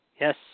Yes